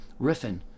riffing